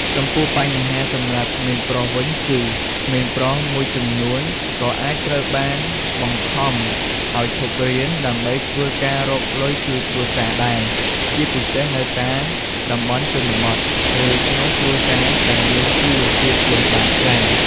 ចំពោះបញ្ហាសម្រាប់ក្មេងប្រុសវិញគឺ ក្មេងប្រុសមួយចំនួនក៏អាចត្រូវបានបង្ខំឱ្យឈប់រៀនដើម្បីធ្វើការរកលុយជួយគ្រួសារដែរ ជាពិសេសនៅតាមតំបន់ជនបទ ឬក្នុងគ្រួសារដែលមានជីវភាពលំបាកខ្លាំង។